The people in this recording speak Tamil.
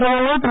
பிரதமர் திரு